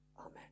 Amen